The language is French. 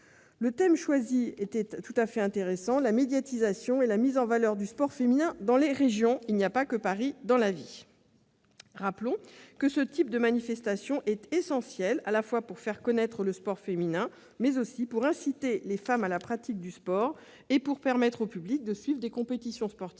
le thème choisi est « La médiatisation et la mise en valeur du sport féminin dans les régions »- il n'y a pas que Paris ! Rappelons que ce type de manifestation est essentiel, non seulement pour faire connaître le sport féminin, mais aussi pour inciter les femmes à la pratique du sport et pour permettre au public de suivre des compétitions sportives